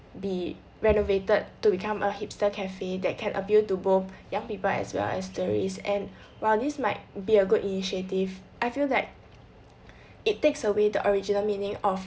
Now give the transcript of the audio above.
be renovated to become a hipster cafe that can appeal to both young people as well as tourists and while this might be a good initiative I feel that it takes away the original meaning of